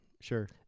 Sure